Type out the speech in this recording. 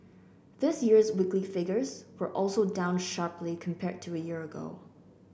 this year's weekly figures were also down sharply compared to a year ago